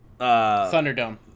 Thunderdome